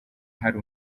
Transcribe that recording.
hari